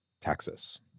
Texas